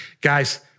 Guys